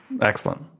Excellent